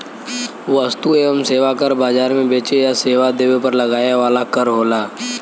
वस्तु एवं सेवा कर बाजार में बेचे या सेवा देवे पर लगाया वाला कर होला